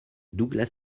douglas